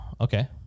okay